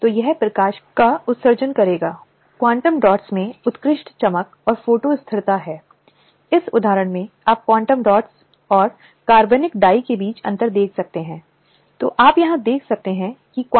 अब अधिनियम अधिनियम की धारा 2 एन में यौन उत्पीड़न शब्द को परिभाषित करता है और यह कहता है कि यौन उत्पीड़न में निम्न अवांछित कार्यों या व्यवहारों में से किसी एक या अधिक शामिल हैं चाहे सीधे या निहितार्थ